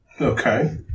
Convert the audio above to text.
Okay